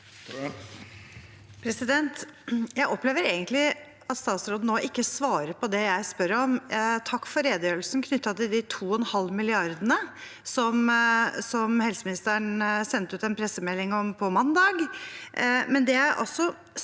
Jeg opple- ver egentlig at statsråden nå ikke svarer på det jeg spør om. Takk for redegjørelsen knyttet til de 2,5 mrd. kr som helseministeren sendte ut en pressemelding om på mandag,